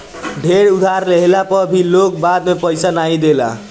ढेर उधार लेहला पअ भी लोग बाद में पईसा नाइ देला